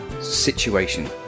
situation